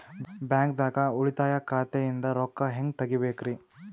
ಬ್ಯಾಂಕ್ದಾಗ ಉಳಿತಾಯ ಖಾತೆ ಇಂದ್ ರೊಕ್ಕ ಹೆಂಗ್ ತಗಿಬೇಕ್ರಿ?